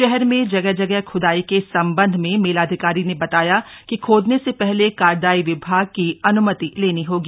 शहर में जगह जगह ख्दाई के सम्बन्ध में मेलाधिकारी ने बताया कि खोदने से पहले कार्यदायी विभाग को अनुमति लेनी होगी